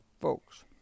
folks